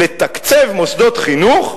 לתקצב מוסדות חינוך,